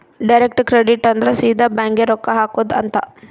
direct credit ಅಂದ್ರ ಸೀದಾ bank ಗೇ ರೊಕ್ಕ ಹಾಕೊಧ್ ಅಂತ